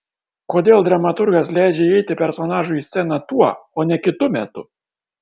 kodėl dramaturgas leidžia įeiti personažui į sceną tuo o ne kitu metu